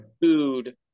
food